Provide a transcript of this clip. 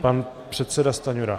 Pan předseda Stanjura.